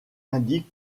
indique